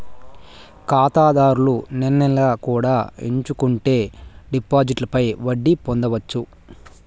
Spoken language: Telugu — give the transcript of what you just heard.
ఖాతాదారులు నెల నెలా కూడా ఎంచుకుంటే డిపాజిట్లపై వడ్డీ పొందొచ్చు